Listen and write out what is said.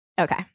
okay